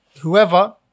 Whoever